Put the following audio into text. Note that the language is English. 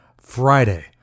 Friday